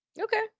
Okay